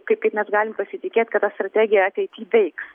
kaip kaip mes galim pasitikėt kad ta strategija ateity veiks